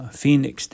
Phoenix